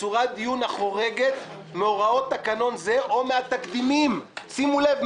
בצורת דיון החורגת מהוראות תקנון זה או מהתקדימים" שימו לב,